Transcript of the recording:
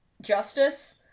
justice